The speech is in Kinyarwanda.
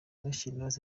knowless